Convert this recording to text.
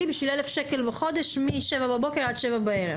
בשביל 1,000 שקל בחודש מ-07:00 בבוקר עד 19:00 בערב.